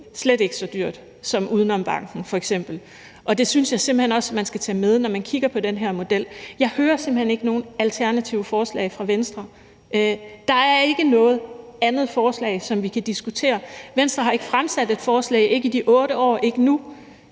slet ikke så dyrt – som f.eks UdenomBanken, og det synes jeg altså også man skal tage med, når man kigger på den her model. Jeg hører simpelt hen ikke nogen alternative forslag fra Venstre. Der er ikke noget andet forslag, som vi kan diskutere. Venstre har ikke fremsat et forslag – det har man ikke